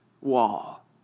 wall